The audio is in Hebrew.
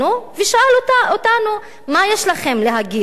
ושאל: מה יש לכם להגיד?